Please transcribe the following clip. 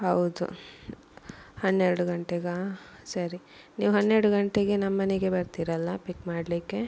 ಹೌದು ಹನ್ನೆರಡು ಗಂಟೆಗಾ ಸರಿ ನೀವು ಹನ್ನೆರಡು ಗಂಟೆಗೆ ನಮ್ಮ ಮನೆಗೆ ಬರ್ತೀರಲ್ಲ ಪಿಕ್ ಮಾಡಲಿಕ್ಕೆ